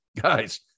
guys